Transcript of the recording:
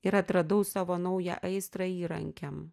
ir atradau savo naują aistrą įrankiam